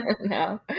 No